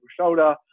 shoulder